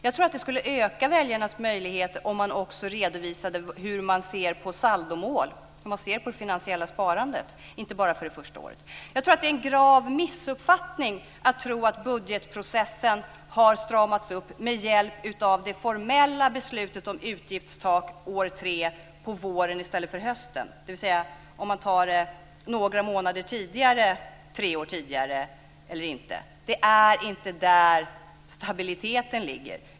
Jag tror att det skulle öka väljarnas möjlighet om man också redovisade hur man ser på saldomål och det finansiella sparandet, inte bara för det första året. Jag tror att det är en grav missuppfattning att tro att budgetprocessen har stramats upp med hjälp av det formella beslutet om utgiftstak år tre på våren i stället för på hösten, dvs. om man tar det några månader tidigare tre år tidigare, eller inte. Det är inte där stabiliteten ligger.